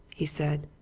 he said.